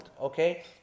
Okay